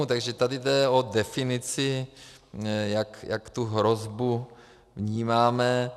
Takže tady jde o definici, jak tu hrozbu vnímáme.